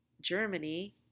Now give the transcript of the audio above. Germany